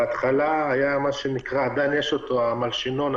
בהתחלה, היה, ועדיין הוא ישנו, המלשינון.